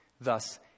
Thus